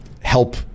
help